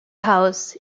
house